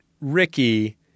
Ricky